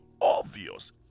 obvious